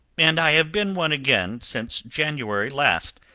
and i have been one again since january last,